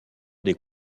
des